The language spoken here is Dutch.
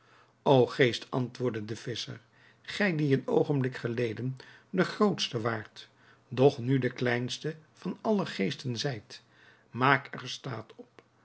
o geest antwoordde de visscher gij die een oogenblik geleden de grootste waart doch nu de kleinste van alle geesten zijt maak er staat op